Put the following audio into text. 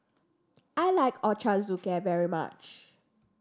I like Ochazuke very much